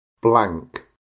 blank